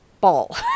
ball